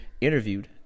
interviewed